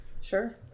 Sure